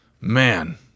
Man